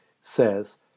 says